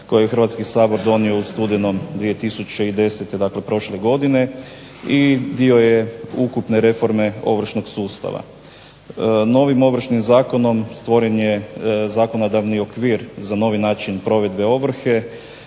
Hrvatski sabor donio u studenom 2010. Dakle prošle godine i dio je ukupne reforme ovršnog sustava. Novim Ovršnim zakonom stvoren je zakonodavni okvir za novi način provedbe ovrhe,